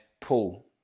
pull